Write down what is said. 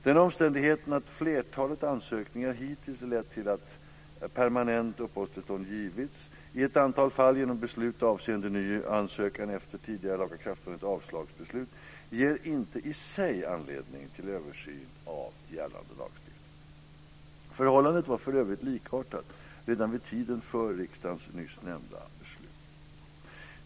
Den omständigheten att flertalet ansökningar hittills lett till att permanent uppehållstillstånd givits, i ett antal fall genom beslut avseende ny ansökan efter tidigare lagakraftvunnet avslagsbeslut, ger inte i sig anledning till översyn av gällande lagstiftning. Förhållandet var för övrigt likartat redan vid tiden för riksdagens nyss nämnda beslut.